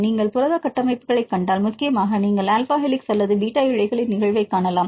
நீங்கள் புரத கட்டமைப்புகளைக் கண்டால் முக்கியமாக நீங்கள் ஆல்பா ஹெலிக்ஸ் அல்லது பீட்டா இழைகளின் நிகழ்வைக் காணலாம்